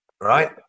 Right